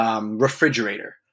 refrigerator